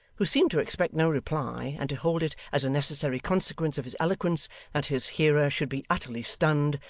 who seemed to expect no reply, and to hold it as a necessary consequence of his eloquence that his hearer should be utterly stunned,